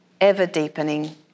ever-deepening